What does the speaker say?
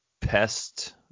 pest